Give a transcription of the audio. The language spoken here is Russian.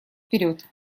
вперед